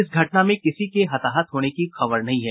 इस घटना में किसी की हताहत होने की खबर नहीं है